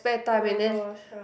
oh-my-gosh help